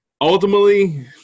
ultimately